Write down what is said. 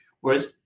whereas